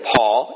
Paul